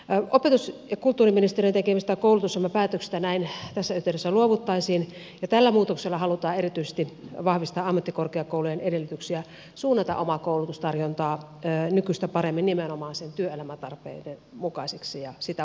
opetus ja kulttuuriministeriön tekemistä koulutusohjelmapäätöksistä näin tässä yhteydessä luovuttaisiin ja tällä muutoksella halutaan erityisesti vahvistaa ammattikorkeakoulujen edellytyksiä suunnata omaa koulutustarjontaa nykyistä paremmin nimenomaan sen työelämätarpeiden mukaiseksi ja sitä vastaavaksi